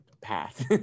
path